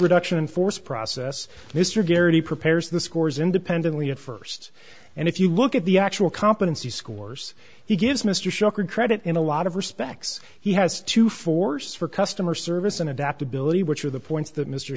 reduction in force process mr garrity prepares the scores independently at st and if you look at the actual competency scores he gives mr shanker credit in a lot of respects he has to force for customer service and adaptability which are the points that mr